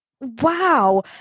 wow